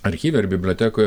archyve ar bibliotekoj